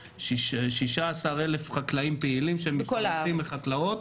16,000 חקלאים פעילים שמתפרנסים מחקלאות.